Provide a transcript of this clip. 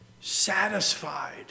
satisfied